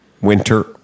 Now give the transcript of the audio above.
winter